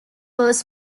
was